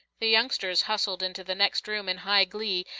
the youngsters hustled into the next room in high glee,